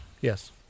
yes